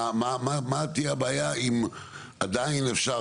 מה תהיה הבעיה אם עדיין אפשר?